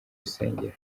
rusengero